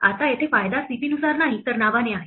आता येथे फायदा स्थितीनुसार नाही तर नावाने आहे